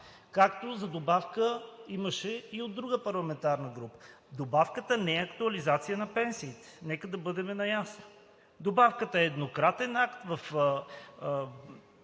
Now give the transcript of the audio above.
както за добавка имаше и от друга парламентарна група. Добавката не е актуализация на пенсиите – нека да бъдем наясно. Добавката е еднократен акт в